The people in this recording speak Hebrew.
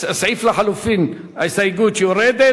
סעיף לחלופין, ההסתייגות יורדת.